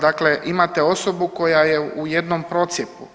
Dakle, imate osobu koja je u jednom procijepu.